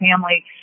family